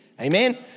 Amen